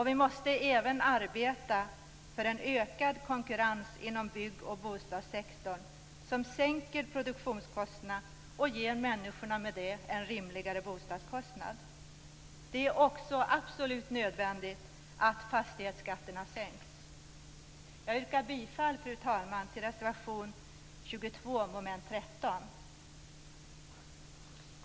Vi måste även arbeta för en ökad konkurrens inom bygg och bostadssektorn som sänker produktionskostnaderna och därmed ger människor en rimligare bostadskostnad. Det är också absolut nödvändigt att fastighetsskatterna sänks. Jag yrkar bifall, fru talman, till reservation 22 under mom. 13.